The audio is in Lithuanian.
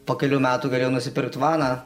po kelių metų galėjau nusipirkt vaną